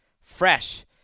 fresh